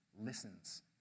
listens